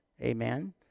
Amen